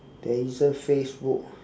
there isn't facebook